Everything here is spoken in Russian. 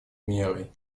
мерой